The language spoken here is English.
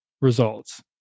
results